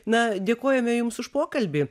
na dėkojame jums už pokalbį